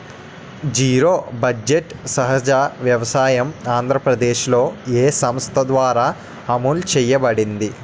Zero budget సహజ వ్యవసాయం ఆంధ్రప్రదేశ్లో, ఏ సంస్థ ద్వారా అమలు చేయబడింది?